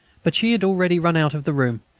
but she had already run out of the room,